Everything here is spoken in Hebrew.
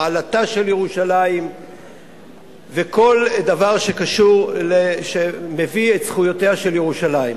מעלתה של ירושלים וכל דבר שמביא את זכויותיה של ירושלים,